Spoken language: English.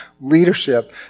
leadership